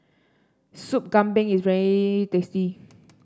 Soup Kambing is very tasty